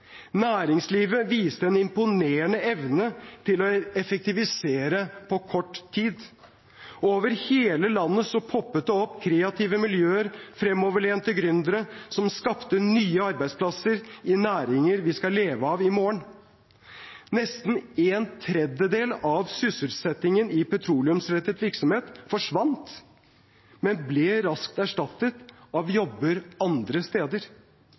næringslivet viste en imponerende evne til å effektivisere på kort tid, og over hele landet poppet det opp kreative miljøer og fremoverlente gründere som skapte nye arbeidsplasser i næringer vi skal leve av i morgen. Nesten en tredjedel av sysselsettingen i petroleumsrettet virksomhet forsvant, men ble raskt erstattet av nye jobber andre steder.